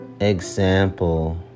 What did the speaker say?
example